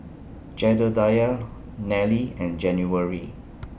Jedediah Nellie and January